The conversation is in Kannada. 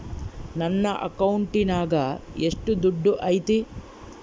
ನನ್ನ ಅಕೌಂಟಿನಾಗ ಎಷ್ಟು ದುಡ್ಡು ಐತಿ?